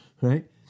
right